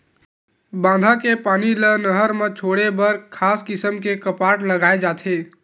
बांधा के पानी ल नहर म छोड़े बर खास किसम के कपाट लगाए जाथे